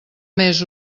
més